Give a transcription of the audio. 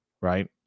Right